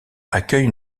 accueille